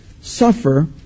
suffer